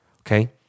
okay